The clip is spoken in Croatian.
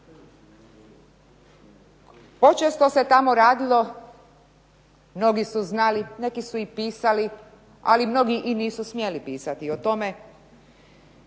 Počesto se tamo radilo, mnogi su znali, neki su pisali, ali mnogi nisu smjeli pisati o tome